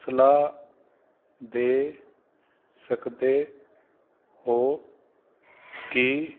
ਸਲਾਹ ਦੇ ਸਕਦੇ ਹੋ ਕਿ